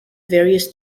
various